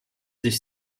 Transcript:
sich